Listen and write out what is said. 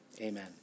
amen